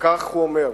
וכך הוא אומר: